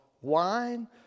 wine